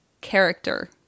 character